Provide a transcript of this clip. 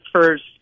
first